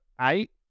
eight